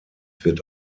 wird